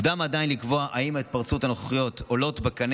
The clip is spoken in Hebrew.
עדיין מוקדם לקבוע אם ההתפרצויות הנוכחיות עולות בקנה